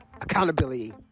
accountability